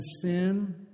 sin